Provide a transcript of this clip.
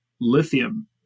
lithium